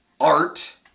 Art